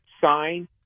sign